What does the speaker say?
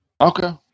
Okay